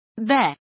Beh